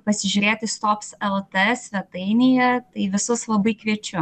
pasižiūrėti stops elt svetainėje tai visus labai kviečiu